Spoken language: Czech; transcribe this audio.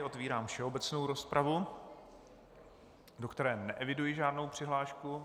Otevírám všeobecnou rozpravu, do které neeviduji žádnou přihlášku.